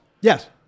Yes